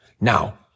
Now